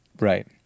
Right